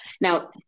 Now